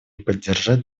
поддержать